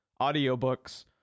audiobooks